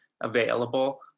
available